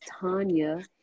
Tanya